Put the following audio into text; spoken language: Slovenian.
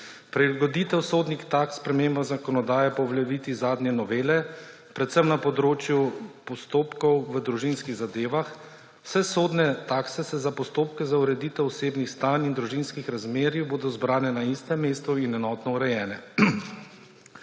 Prilagoditev sodnih taks spremembam zakonodaje po uveljavitvi zadnje novele, predvsem na področju postopkov v družinskih zadevah ‒ vse sodne takse za postopke za ureditev osebnih stanj in družinskih razmerij bodo zbrane na istem mestu in enotno urejene.